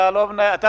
אתה לא נותן.